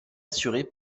assurée